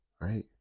right